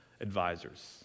advisors